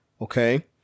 Okay